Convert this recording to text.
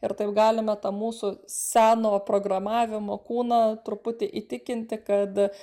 ir taip galime tą mūsų seno programavimo kūną truputį įtikinti kad